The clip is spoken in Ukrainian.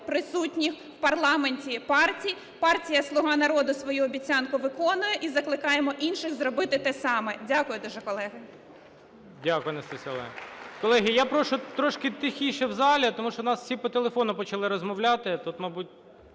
присутніх у парламенті партій. Партія "Слуга народу" свою обіцянку виконує, і закликаємо інших зробити те саме. Дякую дуже, колеги.